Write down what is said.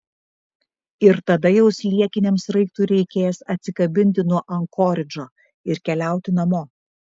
ir tada jau sliekiniam sraigtui reikės atsikabinti nuo ankoridžo ir keliauti namo